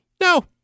No